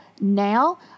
now